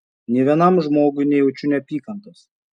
nė vienam žmogui nejaučiu neapykantos